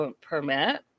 permit